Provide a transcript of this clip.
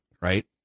right